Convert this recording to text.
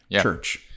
church